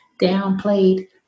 downplayed